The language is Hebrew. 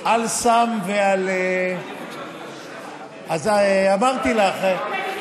על אל סם ועל, אז אמרתי לך,